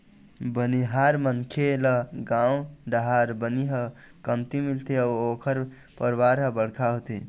बनिहार मनखे ल गाँव डाहर बनी ह कमती मिलथे अउ ओखर परवार ह बड़का होथे